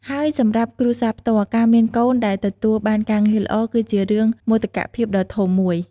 ហើយសម្រាប់គ្រួសារផ្ទាល់ ការមានកូនដែលទទួលបានការងារល្អ គឺជារឿងមោទកភាពដ៏ធំមួយ។